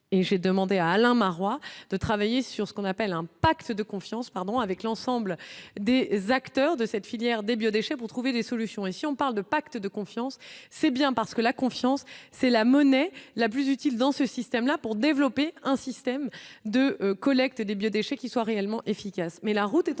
et j'ai demandé à Alain Maroua de travailler sur ce qu'on appelle un pacte de confiance, pardon, avec l'ensemble des acteurs de cette filière des biodéchets pour trouver des solutions et si on parle de pacte de confiance, c'est bien parce que la confiance, c'est la monnaie la plus utile dans ce système-là, pour développer un système de collecte des biodéchets qui soit réellement efficace,